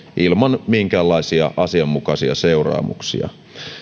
ilman minkäänlaisia asianmukaisia seuraamuksia